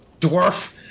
dwarf